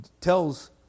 tells